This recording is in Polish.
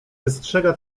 wystrzega